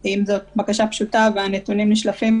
אם זו בקשה פשוטה והנתונים נשלחים במהירות,